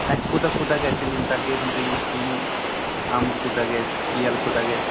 اَسہِ کوٗتاہ کوٗتاہ گژھن یِم تقریٖباً تُہۍ ؤنِو اَمبہٕ کوٗتاہ گژھِ کیل کوٗتاہ گژھِ